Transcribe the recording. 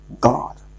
God